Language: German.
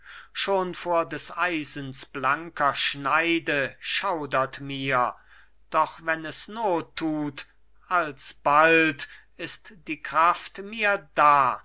schon vor des eisens blanker schneide schaudert mir doch wenn es not tut alsbald ist die kraft mir da